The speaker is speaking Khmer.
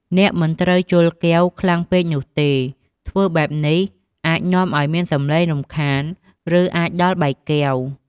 អ្នកមិនត្រូវជល់កែវខ្លាំងពេកនោះទេ ធ្វើបែបនេះអាចនាំអោយមានសំឡេងរំខានឬ អាចដល់បែកកែវ។